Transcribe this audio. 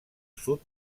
sud